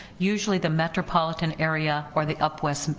usually, the metropolitan area, or the up west,